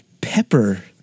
pepper